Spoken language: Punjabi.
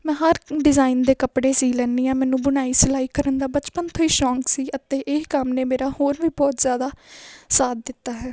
ਮੈਂ ਹਰ ਡਿਜ਼ਾਇਨ ਦੇ ਕੱਪੜੇ ਸਿਉਂ ਲੈਂਦੀ ਹਾਂ ਮੈਨੂੰ ਬੁਣਾਈ ਸਿਲਾਈ ਕਰਨ ਦਾ ਬਚਪਨ ਤੋਂ ਹੀ ਸ਼ੌਂਕ ਸੀ ਅਤੇ ਇਹ ਕੰਮ ਨੇ ਮੇਰਾ ਹੋਰ ਵੀ ਬਹੁਤ ਜ਼ਿਆਦਾ ਸਾਥ ਦਿੱਤਾ ਹੈ